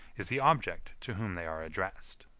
is the object to whom they are addressed.